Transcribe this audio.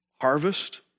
harvest